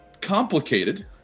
complicated